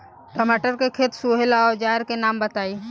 टमाटर के खेत सोहेला औजर के नाम बताई?